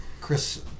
Chris